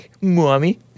Mommy